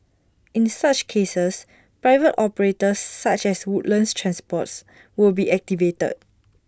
in such cases private operators such as Woodlands transport will be activated